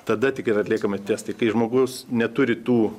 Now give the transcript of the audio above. tada tik yra atliekami testai kai žmogus neturi tų